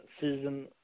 season